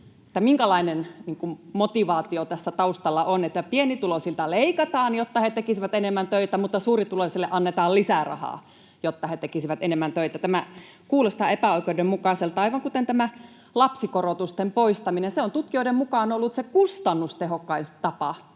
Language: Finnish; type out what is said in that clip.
Minkälainen motivaatio tässä taustalla on, että pienituloisilta leikataan, jotta he tekisivät enemmän töitä, mutta suurituloisille annetaan lisää rahaa, jotta he tekisivät enemmän töitä? Tämä kuulostaa epäoikeudenmukaiselta aivan kuten tämä lapsikorotusten poistaminen. Se on tutkijoiden mukaan ollut se kustannustehokkain tapa